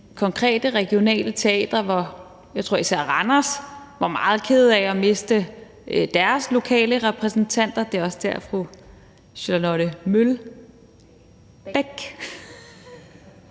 konkrete regionale teatre, hvor jeg tror især Randers var meget kede af at miste deres lokale repræsentanter. Det er jo også der, fru Charlotte Broman